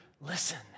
listen